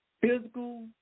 physical